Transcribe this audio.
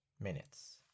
minutes